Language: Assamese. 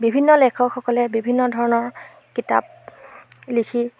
বিভিন্ন লেখকসকলে বিভিন্ন ধৰণৰ কিতাপ লিখি